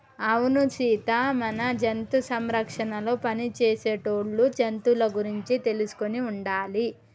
అవును సీత మన జంతు సంరక్షణలో పని చేసేటోళ్ళు జంతువుల గురించి తెలుసుకొని ఉండాలి